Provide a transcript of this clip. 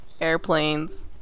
airplanes